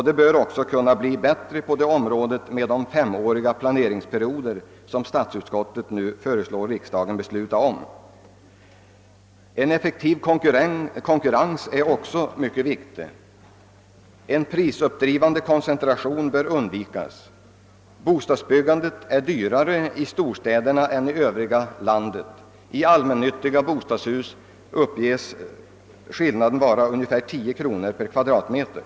Det borde också kunna bli bättre på det området med de femåriga planeringsperioder som föreslås i reservation nr 5. En effektiv konkurrens är också mycket viktig. En prisuppdrivande koncentration bör undvikas. Bostadsbyggandet är dyrare i storstäderna än i övriga delar av landet. I allmännyttiga bostadshus uppges skillnaden vara ungefär 10 kronor per kvadratmeter.